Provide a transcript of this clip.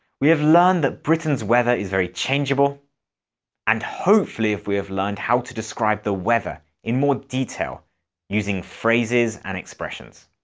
we have learned that britain's weather is very changeable and hopefully we have learned how to describe the weather in more detail using phrases and expressions.